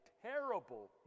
terrible